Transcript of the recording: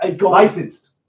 Licensed